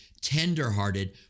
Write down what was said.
tenderhearted